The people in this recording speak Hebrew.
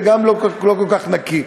וגם לא כל כך נקי.